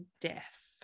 death